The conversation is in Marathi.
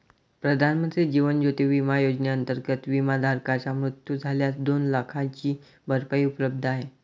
प्रधानमंत्री जीवन ज्योती विमा योजनेअंतर्गत, विमाधारकाचा मृत्यू झाल्यास दोन लाखांची भरपाई उपलब्ध आहे